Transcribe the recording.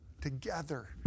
together